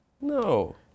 No